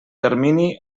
termini